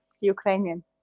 Ukrainian